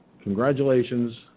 congratulations